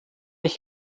ich